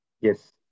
yes